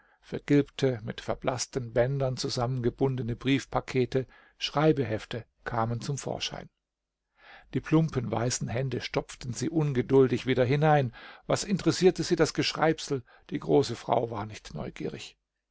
vergilbte mit verblaßten bändern zusammengebundene briefpakete schreibehefte kamen zum vorschein die plumpen weißen hände stopften sie ungeduldig wieder hinein was interessierte sie das geschreibsel die große frau war nicht neugierig